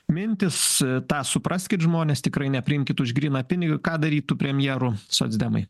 mintys tą supraskit žmonės tikrai nepriimkit už gryną pinigą ką darytų premjeru socdemai